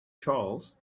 charles